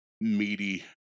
Meaty